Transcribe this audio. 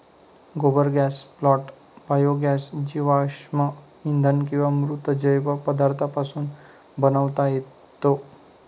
गोबर gas plant biogas जीवाश्म इंधन किंवा मृत जैव पदार्थांपासून बनवता येतो